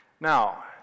Now